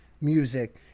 music